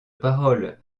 parole